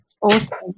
Awesome